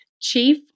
Chief